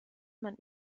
man